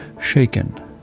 shaken